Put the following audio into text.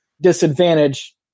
disadvantage